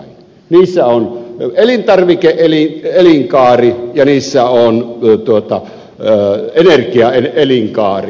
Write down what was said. niissä on elintarvike elinkaari ja niissä on energiaelinkaari